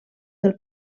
del